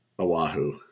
Oahu